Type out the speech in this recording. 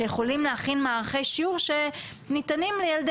שיכולים להכין מערכי שיעור שניתנים לילדי